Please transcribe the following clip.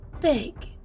big